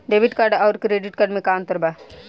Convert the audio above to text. Debit card आउर credit card मे का अंतर बा?